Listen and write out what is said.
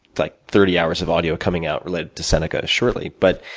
like thirty hours of audio coming out related to seneca shortly. but,